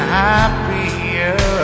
happier